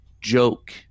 joke